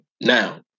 Now